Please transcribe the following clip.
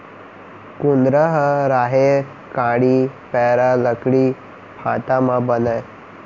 कुंदरा ह राहेर कांड़ी, पैरा, लकड़ी फाटा म बनय